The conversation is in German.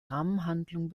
rahmenhandlung